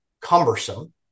cumbersome